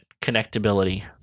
connectability